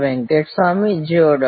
વેંકટસ્વામી જેઓ ડૉ